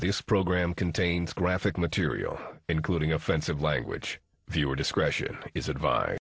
this program contains graphic material including offensive language viewer discretion is advi